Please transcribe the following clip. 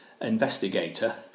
investigator